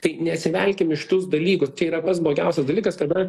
tai nesivelkim į šitus dalykus čia yra pats blogiausias dalykas kada